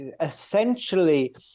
essentially